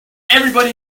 everybody